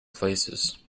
places